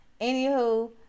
Anywho